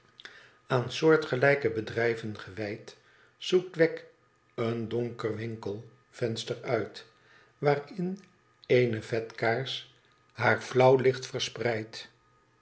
aan soortgelijke bedrijven gewijd zoekt wegg een donker winkelvenster uit waarin eene vethars haar flauw licht verspreidt